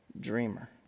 dreamer